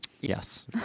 Yes